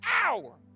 hour